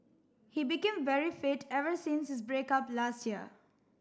he became very fit ever since his break up last year